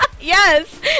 Yes